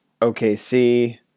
OKC